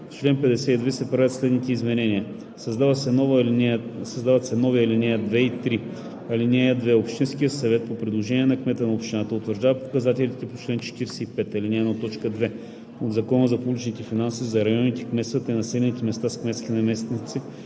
В чл. 52 се правят следните допълнения: 1. Създават се нови ал. 2 и 3: „(2) Общинският съвет по предложение на кмета на общината утвърждава показателите по чл. 45, ал. 1, т. 2 от Закона за публичните финанси за районите, кметствата и населените места с кметски наместници,